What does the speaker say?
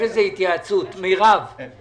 הממשלה מיליארדי שקלים בהקמת תשתיות דלקים מזמים